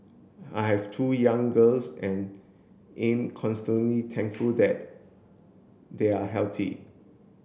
I have two young girls and am constantly thankful that they are healthy